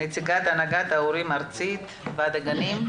נציגת הנהגת ההורים הארצית, ועד הגנים.